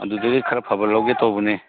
ꯑꯗꯨꯗꯩ ꯈꯔ ꯐꯕ ꯂꯧꯒꯦ ꯇꯧꯕꯅꯦ